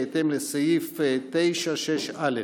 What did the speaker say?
בהתאם לסעיף 9(א)(6)